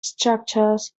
structures